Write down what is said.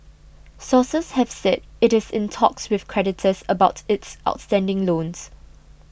sources have said it is in talks with creditors about its outstanding loans